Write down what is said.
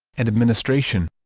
and administration